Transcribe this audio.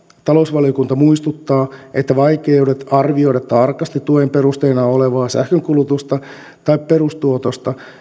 talousvaliokunta muistuttaa että vaikeudet arvioida tarkasti tuen perusteena olevaa sähkönkulutusta tai perustuotosta